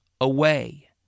away